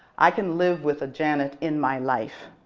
i can live with a janet in my life.